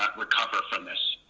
ah recover from this.